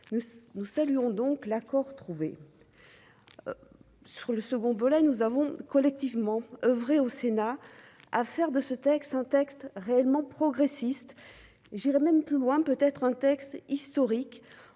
nous saluons donc l'accord trouvé sur le second volet, nous avons collectivement oeuvrer au Sénat, à faire de ce texte, un texte réellement progressiste, j'irai même plus loin, peut-être un texte historique